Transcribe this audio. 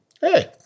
hey